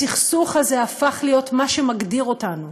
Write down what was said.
הסכסוך הזה הפך להיות מה שמגדיר אותנו,